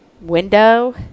window